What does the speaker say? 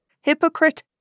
Hypocrite